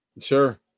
Sure